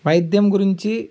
వైద్యం గురించి